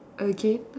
again